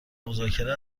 مذاکره